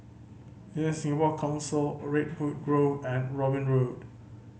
DesignSingapore Council Redwood Grove and Robin Road